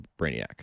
Brainiac